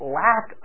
lack